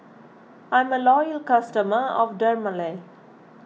I'm a loyal customer of Dermale